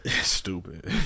Stupid